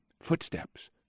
Footsteps